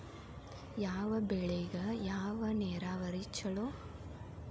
ಯಾವ ಬೆಳಿಗೆ ಯಾವ ನೇರಾವರಿ ಛಲೋ?